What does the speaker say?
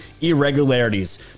irregularities